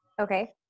Okay